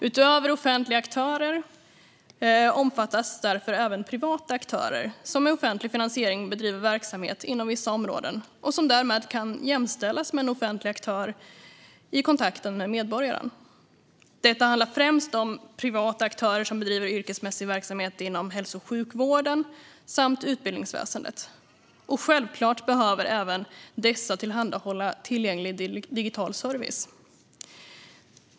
Utöver offentliga aktörer omfattas därför även privata aktörer som med offentlig finansiering bedriver verksamhet inom vissa områden och som därmed kan jämställas med en offentlig aktör i kontakten med medborgaren. Detta handlar främst om privata aktörer som bedriver yrkesmässig verksamhet inom hälso och sjukvården samt utbildningsväsendet. Självklart behöver även dessa tillhandahålla tillgänglig digital service.